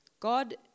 God